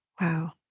Wow